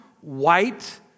white